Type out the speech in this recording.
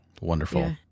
wonderful